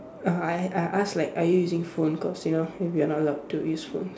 uh I I ask like are you using phone cause you know we are not allowed to use phone